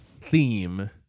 theme